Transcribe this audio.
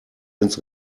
ins